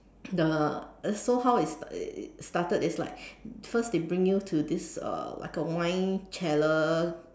the so how it st~ it started is like first they bring you to this uh like a wine cellar